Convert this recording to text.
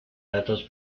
datos